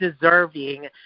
deserving